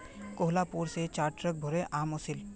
कोहलापुर स चार ट्रक भोरे आम ओसील